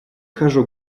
хожу